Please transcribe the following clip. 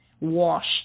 washed